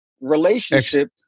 relationship